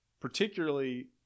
particularly